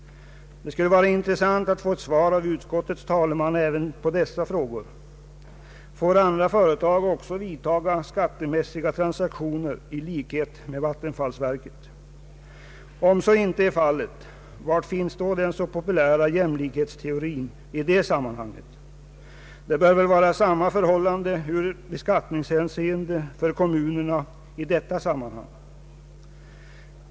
Det skulle vara intressant att få svar av utskottets talesman även på dessa frågor. Får andra företag också vidtaga skattemässiga transaktioner i likhet med vattenfallsverket? Om så inte är fallet, var finns den nu så populära jämlikhetsteorin i det sammanhanget? Det bör väl vara samma förhållande ur beskattningshänseende för kommunerna i detta hänseende.